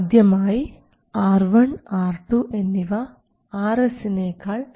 അതായത് ഗേറ്റിനും ഗ്രൌണ്ടിനും ഇടയിൽ R1 || R2 ഉണ്ട്